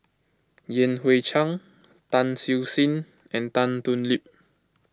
Yan Hui Chang Tan Siew Sin and Tan Thoon Lip